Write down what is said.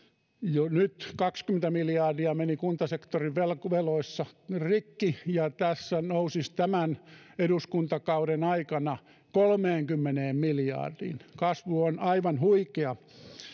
jo nyt kaksikymmentä miljardia meni kuntasektorin veloissa veloissa rikki ja se nousisi tämän eduskuntakauden aikana kolmeenkymmeneen miljardiin kasvu on aivan huikea